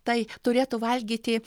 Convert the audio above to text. tai turėtų valgyti